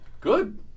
Good